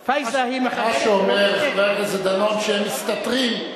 מחבלים, מה שאומר חבר הכנסת דנון, שהם מסתתרים.